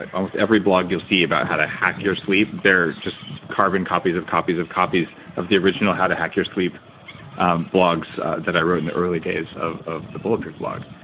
almost every blog you'll see about how to hack your sleep, they're just carbon copies of copies of copies of the original how to hack your sleep blogs that i wrote in the early days of of the bulletproof blog,